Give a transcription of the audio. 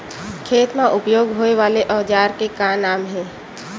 खेत मा उपयोग होए वाले औजार के का नाम हे?